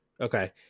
okay